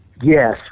yes